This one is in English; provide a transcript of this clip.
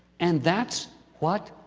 and that's what